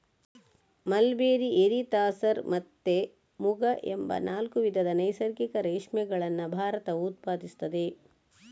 mulberry, eri, tasar ಮತ್ತೆ ಮುಗ ಎಂಬ ನಾಲ್ಕು ವಿಧದ ನೈಸರ್ಗಿಕ ರೇಷ್ಮೆಗಳನ್ನ ಭಾರತವು ಉತ್ಪಾದಿಸ್ತದೆ